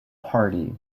party